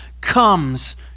comes